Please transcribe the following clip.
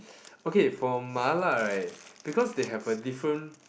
okay for Mala right because they have a different